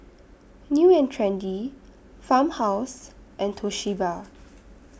New and Trendy Farmhouse and Toshiba